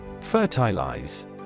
Fertilize